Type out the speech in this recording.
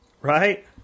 right